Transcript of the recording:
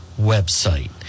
website